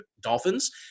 Dolphins